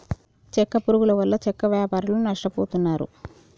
చెక్క పురుగుల వల్ల చెక్క వ్యాపారులు నష్టపోతున్నారు